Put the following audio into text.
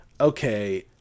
okay